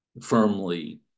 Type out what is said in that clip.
firmly